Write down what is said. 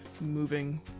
moving